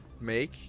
Make